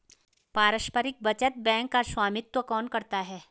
पारस्परिक बचत बैंक का स्वामित्व कौन करता है?